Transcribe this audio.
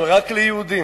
אבל רק ליהודים.